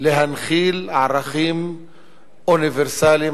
להנחיל ערכים אוניברסליים,